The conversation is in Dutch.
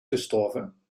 gestorven